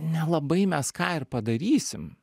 nelabai mes ką ir padarysim